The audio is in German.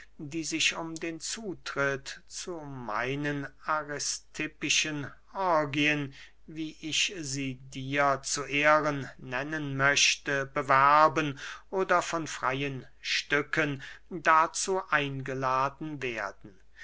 die sich um den zutritt zu meinen aristippischen orgyen wie ich sie dir zu ehren nennen möchte bewerben oder von freyen stücken dazu eingeladen werden